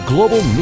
Global